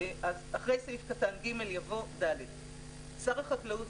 (1)אחרי סעיף קטן (ג) יבוא: "(ד)שר החקלאות,